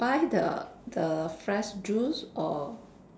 you buy the the fresh juice or